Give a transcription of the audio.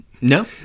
No